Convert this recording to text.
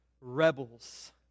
rebels